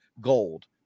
gold